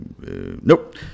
Nope